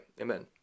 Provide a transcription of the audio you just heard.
Amen